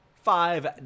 five